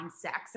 sex